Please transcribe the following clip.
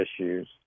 issues